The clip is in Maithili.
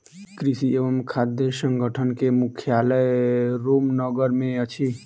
कृषि एवं खाद्य संगठन के मुख्यालय रोम नगर मे अछि